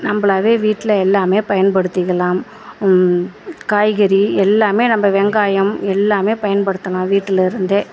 நம்பலாகவே வீட்டில் எல்லாமே பயன்படுத்திக்கலாம் காய்கறி எல்லாமே நம்ப வெங்காயம் எல்லாமே பயன்படுத்தலாம் வீட்டில் இருந்தே